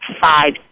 five